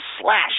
slash